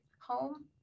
home